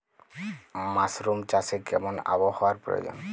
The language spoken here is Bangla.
মাসরুম চাষে কেমন আবহাওয়ার প্রয়োজন?